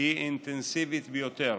היא אינטנסיבית ביותר,